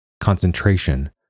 Concentration